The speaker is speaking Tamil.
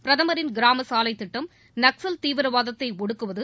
பிரதமரின் கிராம சாலைத் திட்டம் நக்சல் தீவிரவாதத்தை ஒடுக்குவது